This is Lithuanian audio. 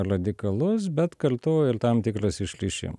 radikalus bet kartu ir tam tikras išlišim